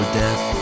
death